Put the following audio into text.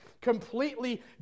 completely